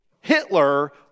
Hitler